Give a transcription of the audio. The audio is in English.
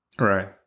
Right